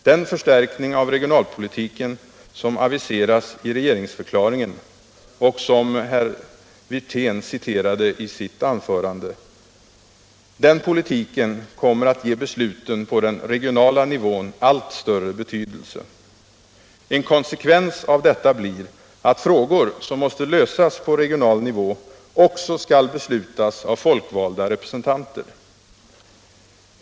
Den förstärkning av regionalpolitiken som aviseras i regeringsförklaringen — och som herr Wirtén citerade i sitt anförande — kommer att ge besluten på den regionala nivån allt större betydelse. En konsekvens av detta blir att frågor som måste lösas på regional riivå också skall beslutas av folkvalda representanter.